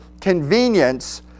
convenience